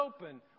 open